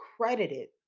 credited